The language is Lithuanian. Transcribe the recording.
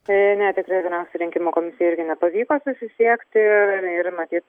tai netikra yra rinkimų komisija irgi nepavyko susisiekti ir matyt